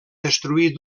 destruir